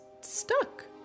stuck